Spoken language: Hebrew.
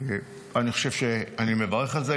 אני חושב שאני מברך על זה.